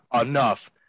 enough